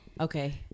okay